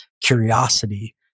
curiosity